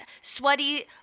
sweaty